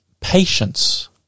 patience